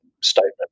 statement